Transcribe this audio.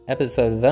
Episode